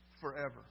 forever